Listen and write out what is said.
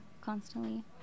constantly